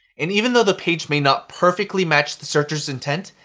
and even though the page may not perfectly match the searcher's intent,